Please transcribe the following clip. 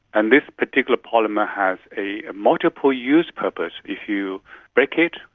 and this particular polymer has a multiple use purpose. if you break it,